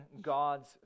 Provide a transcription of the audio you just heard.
God's